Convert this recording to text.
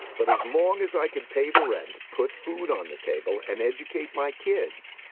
but as long as i could pay the rent, put food on the table, and educate my kids,